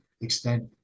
extent